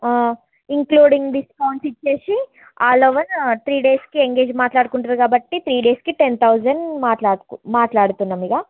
including discount ఇచ్చి all over three డేస్కి engage మాట్లాడుకుంటున్నారు కాబట్టి త్రీ డేస్కి టెన్ థౌజండ్ మాట్లాడకు మాట్లాడుతున్నాము ఇక